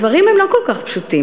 הדברים הם לא כל כך פשוטים.